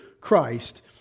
Christ